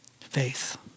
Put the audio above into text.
faith